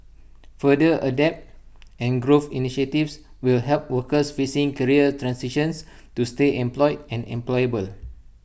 further adapt and grow initiatives will help workers facing career transitions to stay employed and employable